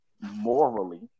morally